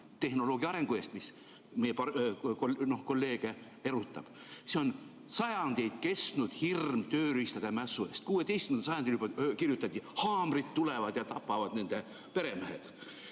tehnoloogia arengu ees, mis meie kolleege erutab, see on sajandeid kestnud hirm tööriistade mässu ees. 16. sajandil juba kirjutati, et haamrid tulevad ja tapavad nende peremehed.